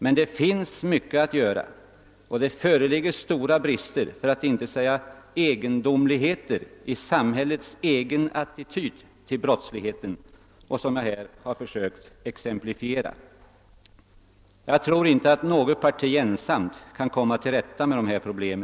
Men det finns mycket att göra, och det föreligger stora brister — för att inte säga egendomligheter — i samhällets egen attityd till brottsligheten, vilket jag här har försökt exemplifiera. Jag tror inte att något parti ensamt kan komma till rätta med dessa problem.